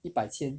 一百千